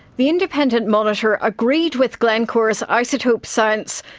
the independent monitor agreed with glencore's isotopes science.